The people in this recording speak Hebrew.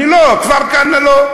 כפר-כנא לא.